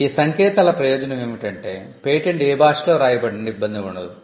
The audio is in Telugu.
ఈ సంకేతాల ప్రయోజనం ఏమిటంటే పేటెంట్ ఏ భాషలో వ్రాయబడినా ఇబ్బంది ఉండదు